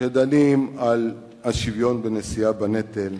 כשדנים על השוויון בנשיאה בנטל,